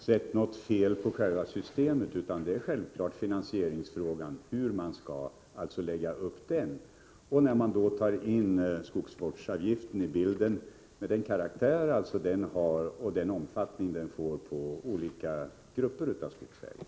Herr talman! Jag ser inte något fel i själva systemet, utan vad det är fråga om är självfallet hur man skall lägga upp finansieringen. Man får då bedöma vilka effekterna blir om skogsvårdsavgiften tas in i bilden, med den karaktär den har och den omfattning den kan få för olika grupper av skogsägare.